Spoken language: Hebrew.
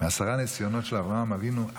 מעשרה ניסיונות של אברהם אבינו,